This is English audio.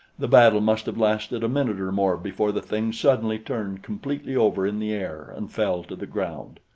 the battle must have lasted a minute or more before the thing suddenly turned completely over in the air and fell to the ground.